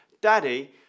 Daddy